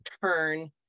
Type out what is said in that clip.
turn